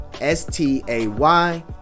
s-t-a-y